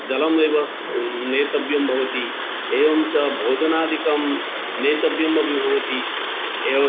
जलम् एव स् नेतव्यं भवति एवञ्च भोजनादिकं नेतव्यमपि भवति एव